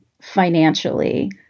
financially